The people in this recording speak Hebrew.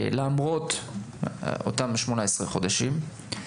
למרות אותם 18 חודשים.